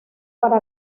para